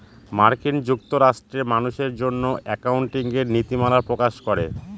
মার্কিন যুক্তরাষ্ট্রে মানুষের জন্য একাউন্টিঙের নীতিমালা প্রকাশ করে